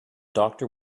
doctor